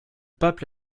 pape